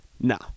no